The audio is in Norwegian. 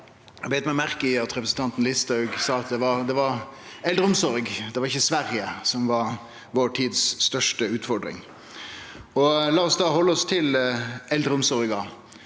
Eg beit meg merke i at representanten Listhaug sa at det var eldreomsorg, ikkje Sverige, som var vår tids største ut fordring. La oss da halde oss til eldreomsorga.